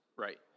Right